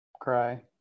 cry